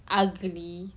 ugly